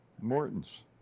Morton's